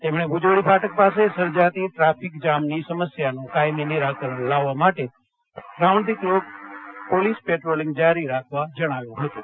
તેમણે ભુજોડી ફાટક પાસે સર્જાતી ટ્રાફીકજામની સમસ્યાનું કાયમી નીરાકરણ લાવવા માટે round the clock police patrolling જારી રાખવા જણાવ્યું હતું